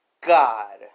God